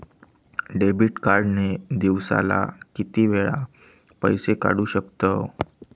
Debit card ने दिवसाला किती वेळा पैसे काढू शकतव?